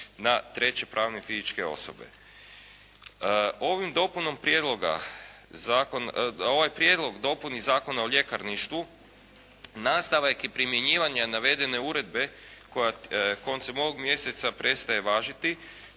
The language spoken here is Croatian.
dopunom prijedloga, ovaj Prijedlog dopuni Zakona o ljekarništvu nastavak je primjenjivanja navedene Uredbe koja koncem ovoga mjeseca prestaje važiti